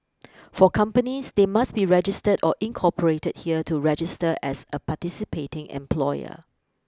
for companies they must be registered or incorporated here to register as a participating employer